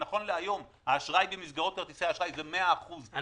ונכון להיום האשראי במסגרות כרטיסי האשראי הוא 100% בשליטת הבנקים,